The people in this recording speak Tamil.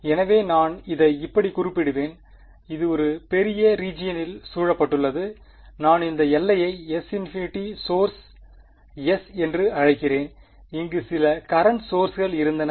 எனவே நான் இதை இப்படி குறிப்பிடுவேன் இது ஒரு பெரிய ரீஜியனில் சூழப்பட்டுள்ளது நான் இந்த எல்லையை S∞ சோர்ஸ் S என்று அழைக்கிறேன் இங்கு சில கரண்ட் சோர்ஸ்கள் இருந்தன